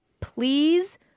please